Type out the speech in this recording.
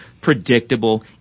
predictable